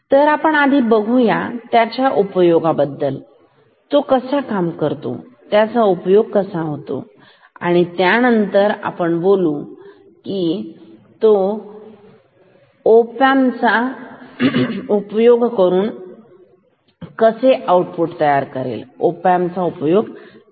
तर आधी आपण बघू त्याच्या उपयोगाबद्दल तो कसा काम करतो त्याचा उपयोग कसा होतो त्यानंतर आपण बोलू तो ओ पॅन्मप चा उपयोग करून कसा तयार करायचा तर पहिले काम